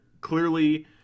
Clearly